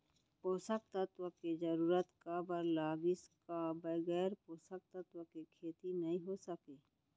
पोसक तत्व के जरूरत काबर लगिस, का बगैर पोसक तत्व के खेती नही हो सके?